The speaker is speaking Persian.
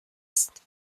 است